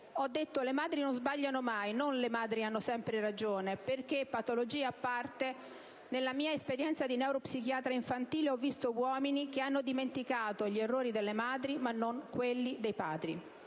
«Ho detto: le madri non sbagliano mai, non le madri hanno sempre ragione; perché, patologie a parte, nella mia esperienza di neuropsichiatra infantile, ho visto uomini che hanno dimenticato gli errori delle madri, ma non quelli dei padri».